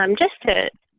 um just to,